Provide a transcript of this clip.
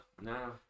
No